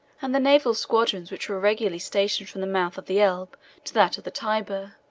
and the naval squadrons which were regularly stationed from the mouth of the elbe to that of the tyber.